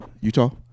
Utah